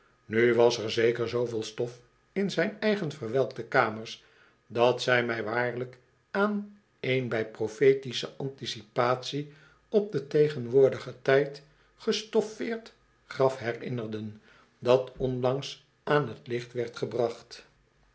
nu was er zeker zooveel stof in zijn eigen verwelkte kamers dat zij mij waarlijk aan een bij profetische anticipatie op den tegenwoordigen tijd gestoffeerd graf herinnerden dat onlangs aan t licht werd gebracht